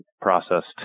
processed